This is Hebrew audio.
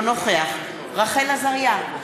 אינו נוכח רחל עזריה,